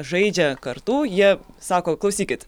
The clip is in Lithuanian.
žaidžia kartu jie sako klausykit